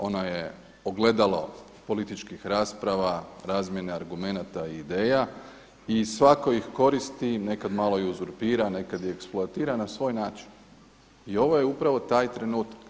Ona je ogledalo političkih rasprava, razmjene argumenata i ideja i svako ih koristi, nekada malo i uzurpira, nekad i eksploatira na svoj način i ovo je upravo taj trenutak.